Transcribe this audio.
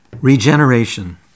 Regeneration